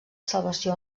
salvació